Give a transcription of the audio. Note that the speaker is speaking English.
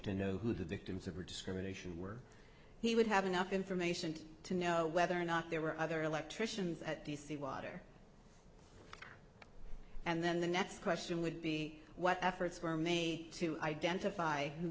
to know who the victims of discrimination were he would have enough information to know whether or not there were other electricians at the seawater and then the next question would be what efforts were made to identify who